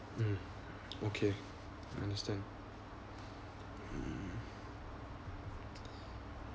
mm okay understand